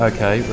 Okay